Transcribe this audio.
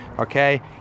okay